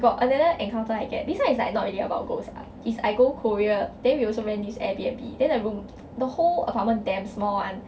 got another encounter I get this one is like not really about ghost ah is I go korea then we also rent this Airbnb then I go the whole apartment damn small [one]